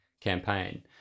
campaign